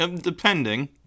Depending